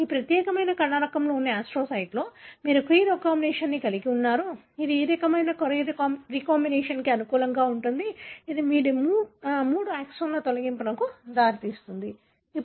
ఈ ప్రత్యేక కణ రకంలోని ఆస్ట్రోసైట్లో మీరు క్రీ రీకంబినేస్ను కలిగి ఉన్నారు ఇది ఈ రకమైన రీకాంబినేషన్కు అనుకూలంగా ఉంటుంది ఇది మూడు ఎక్సోన్ల తొలగింపుకు దారితీస్తుంది